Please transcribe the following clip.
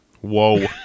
Whoa